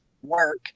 work